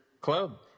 club